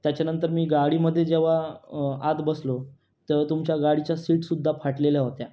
त्याच्यानंतर मी गाडीमध्ये जेव्हा आत बसलो तेव्हा तुमच्या गाडीच्या सीटसुद्धा फाटलेल्या होत्या